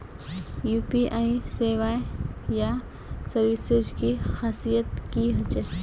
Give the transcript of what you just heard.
UPI सेवाएँ या services की खासियत की होचे?